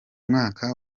mwaka